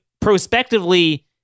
prospectively